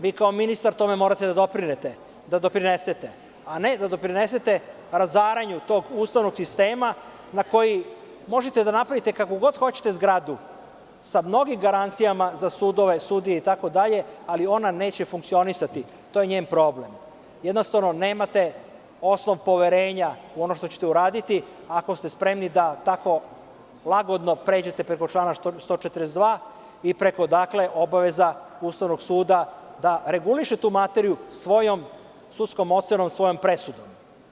Vi kao ministar tome morate da doprinesete, a ne da doprinesete razaranju tog Ustavnog sistema na koji možete da napravite kakvu god hoćete zgradu sa mnogim garancijama za sudove, sudije, itd, ali ona neće funkcionisati, to je njen problem, jednostavno, nemate osnov poverenja u ono što ćete uraditi, ako ste spremni da tako lagodno pređete preko člana 142. i preko obaveza Ustavnog suda da reguliše tu materiju svojom sudskom ocenom, svojom presudom.